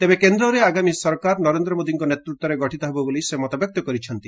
ତେବେ କେନ୍ଦ୍ରରେ ଆଗାମୀ ସରକାର ନରେନ୍ଦ୍ର ମୋଦୀଙ୍କ ନେତୃତ୍ୱରେ ଗଠିତ ହେବ ବୋଲି ସେ ମତବ୍ୟକ୍ତ କରିଛନ୍ତି